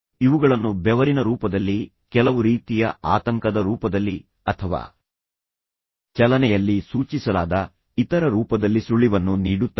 ಇವುಗಳನ್ನು ಬೆವರಿನ ರೂಪದಲ್ಲಿ ಕೆಲವು ರೀತಿಯ ಆತಂಕದ ರೂಪದಲ್ಲಿ ಅಥವಾ ಚಲನೆಯಲ್ಲಿ ಸೂಚಿಸಲಾದ ಇತರ ರೂಪದಲ್ಲಿಸುಳಿವನ್ನು ನೀಡುತ್ತವೆ